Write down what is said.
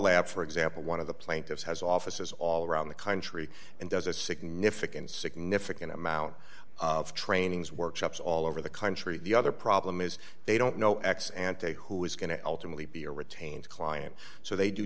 labs for example one of the plaintiffs has offices all around the country and does a significant significant amount of trainings workshops all over the country the other problem is they don't know ex ante who is going to ultimately be a retained client so they do